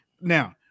Now